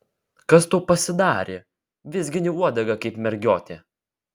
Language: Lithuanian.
kas tau pasidarė vizgini uodegą kaip mergiotė